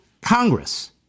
Congress